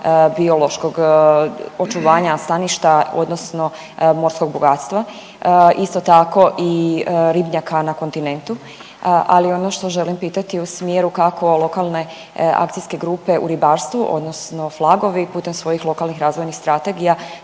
biološkog očuvanja staništa odnosno morskog bogatstva, isto tako i ribnjaka na kontinentu. Ali ono što želim pitati u smjeru kako lokalne akcijske grupe u ribarstvu odnosno flagovi putem svojim lokalnih razvojnih strategija